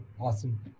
Awesome